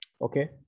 Okay